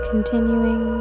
Continuing